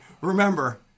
remember